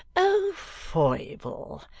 o foible,